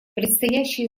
предстоящие